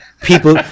people